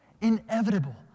Inevitable